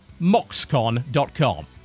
MoxCon.com